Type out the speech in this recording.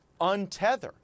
untether